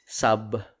sub-